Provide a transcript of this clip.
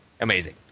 Amazing